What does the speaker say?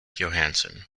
johansson